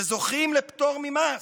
וזוכים לפטור ממס,